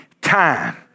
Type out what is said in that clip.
time